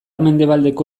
mendebaldeko